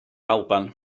alban